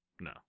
no